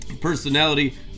Personality